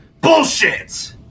bullshit